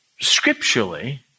scripturally